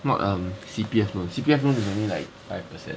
no err C_P_F loan C_P_F loan is only like five percent